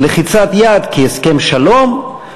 לחיצת יד כהסכם שלום,